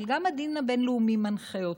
אבל גם הדין הבין-לאומי מנחה אותו,